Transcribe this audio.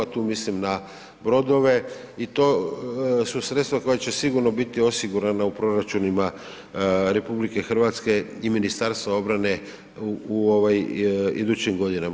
Tu mislim na brodove i to su sredstva koja će sigurno biti osigurana u proračunima RH i Ministarstva obrane u idućim godinama.